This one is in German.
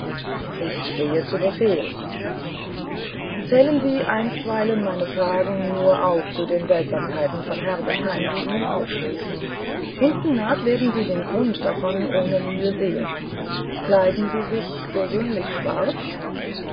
ich stehe zu befehl zählen sie einstweilen meine fragen nur auch zu den seltsamkeiten von herbesheim die ihnen aufstießen hintennach werden sie den grund davon ohne mühe sehen kleiden sie sich gewöhnlich schwarz